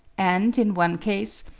and, in one case,